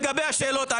לגבי השאלות,